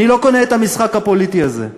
אני לא קונה את המשחק הפוליטי הזה,